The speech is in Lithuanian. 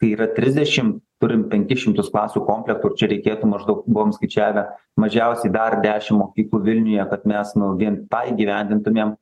kai yra trisdešim turim penkis šimtus klasių komplektų čia reikėtų maždaug buvom skaičiavę mažiausiai dar dešim mokyklų vilniuje kad mes nu vien tą įgyvendintumėm